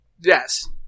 Yes